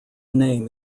name